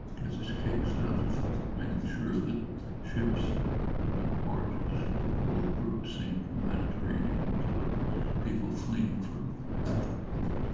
gets his kicks out of making sure that ships barges little group sink in the mediterranean killing people fleeing from yeah from